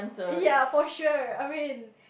ya for sure I mean